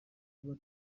kuba